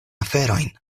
aferojn